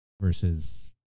versus